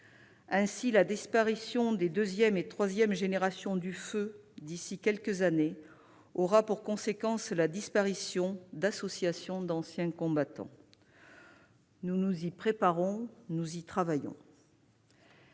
Ainsi, la disparition des deuxième et troisième générations du feu d'ici à quelques années aura pour conséquence la disparition d'associations d'anciens combattants. Nous nous y préparons. Cette proposition